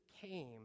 came